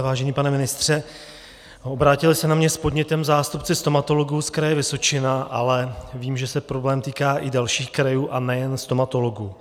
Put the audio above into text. Vážený pane ministře, obrátili se na mě s podnětem zástupci stomatologů z Kraje Vysočina, ale vím, že se problém týká i dalších krajů, a nejen stomatologů.